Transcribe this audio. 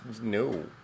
no